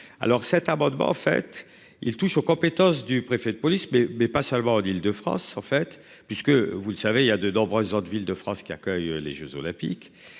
alors cet amendement fait il touche aux compétences du préfet de police mais mais pas seulement en Île-de-France, en fait puisque vous le savez, il y a de nombreuses autres villes de France qui accueille les Jeux olympiques